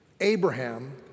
Abraham